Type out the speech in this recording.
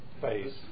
phase